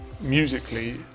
musically